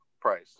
price